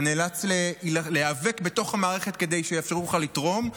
אתה נאלץ להיאבק בתוך המערכת כדי שיאפשרו לך לתרום,